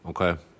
Okay